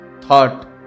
thought